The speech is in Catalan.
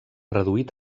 reduït